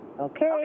Okay